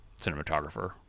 cinematographer